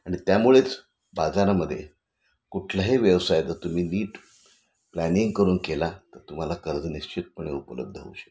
आणि त्यामुळेच बाजारामध्ये कुठलाही व्यवसाय जर तुम्ही नीट प्लॅनिंग करून केला तर तुम्हाला कर्ज निश्चितपणे उपलब्ध होऊ शकतं